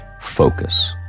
Focus